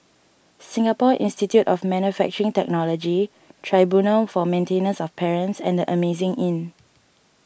Singapore Institute of Manufacturing Technology Tribunal for Maintenance of Parents and the Amazing Inn